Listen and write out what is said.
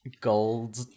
gold